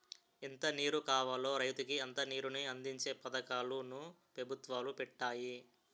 ఎంత నీరు కావాలో రైతుకి అంత నీరుని అందించే పథకాలు ను పెభుత్వాలు పెట్టాయి